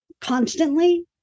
constantly